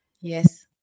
Yes